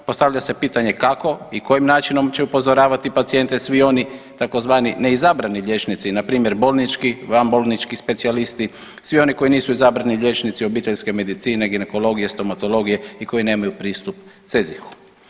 Postavlja se pitanje kako i kojim načinom će upozoravati pacijente svi oni tzv. neizabrani liječnici, na primjer bolnički, vanbolnički specijalisti, svi oni koji nisu izabrani liječnici obiteljske medicine, ginekologije, stomatologije i koji nemaju pristup CEZIH-u.